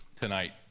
tonight